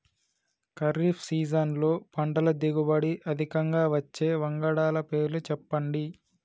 ఖరీఫ్ సీజన్లో పంటల దిగుబడి అధికంగా వచ్చే వంగడాల పేర్లు చెప్పండి?